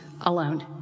alone